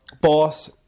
Boss